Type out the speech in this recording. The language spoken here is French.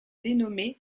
dénommé